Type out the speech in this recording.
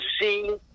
see